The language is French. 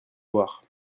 voir